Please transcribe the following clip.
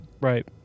Right